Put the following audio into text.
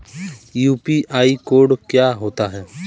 UPI code क्या होता है?